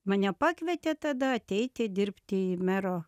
mane pakvietė tada ateiti dirbti į mero